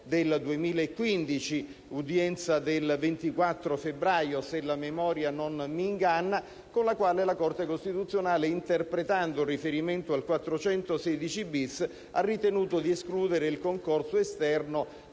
del 2015 (udienza del 25 febbraio, se la memoria non mi inganna), con la quale la Corte costituzionale, interpretando un riferimento al 416-*bis* del codice penale, ha ritenuto di escludere il concorso esterno